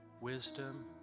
wisdom